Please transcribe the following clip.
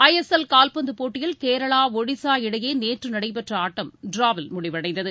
ஐ S L கால்பந்து போட்டியில் கேரளா ஒடிசா இடையே நேற்று நடைபெற்ற ஆட்டம் டிராவில் முடிவடைந்தது